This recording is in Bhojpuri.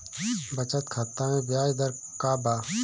बचत खाता मे ब्याज दर का बा?